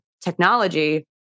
technology